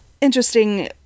interesting